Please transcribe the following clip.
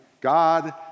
God